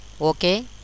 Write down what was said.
Okay